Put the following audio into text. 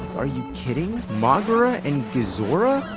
are you kidding? moguera and gezora?